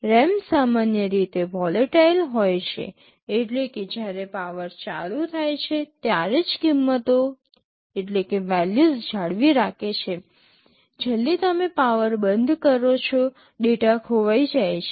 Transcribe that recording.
RAM સામાન્ય રીતે volatile હોય છે એટલે કે જ્યારે પાવર ચાલુ થાય છે ત્યારે જ કિંમતો જાળવી રાખે છે જલદી તમે પાવર બંધ કરો છો ડેટા ખોવાઈ જાય છે